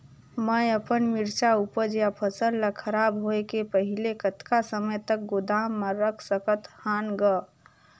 मैं अपन मिरचा ऊपज या फसल ला खराब होय के पहेली कतका समय तक गोदाम म रख सकथ हान ग?